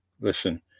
Listen